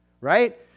right